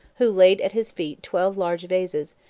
who laid at his feet twelve large vases,